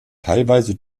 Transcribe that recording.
teilweise